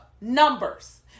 numbers